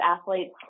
athletes